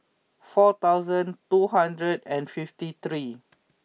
four thousand two hundred and fifty three